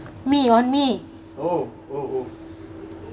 me on me